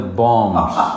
bombs